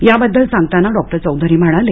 याबद्दल सांगताना डॉक्टर चौधरी म्हणाले